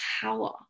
power